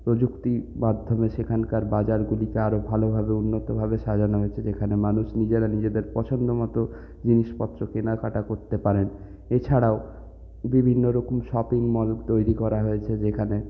প্রযুক্তির মাধ্যমে সেখানকার বাজারগুলিকে আরও ভালোভাবে উন্নতভাবে সাজানো হয়েছে যেখানে মানুষ নিজেরা নিজেদের পছন্দ মতো জিনিসপত্র কেনাকাটা করতে পারেন এ ছাড়াও বিভিন্ন রকম শপিং মল তৈরি করা হয়েছে যেখানে